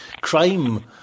crime